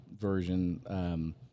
version